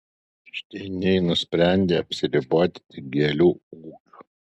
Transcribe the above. šteiniai nusprendė apsiriboti tik gėlių ūkiu